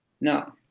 No